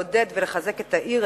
לעודד ולחזק את העיר,